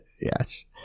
yes